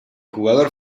jugador